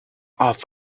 off